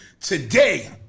today